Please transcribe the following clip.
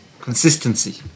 consistency